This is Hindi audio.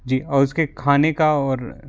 जी और उसके खाने का और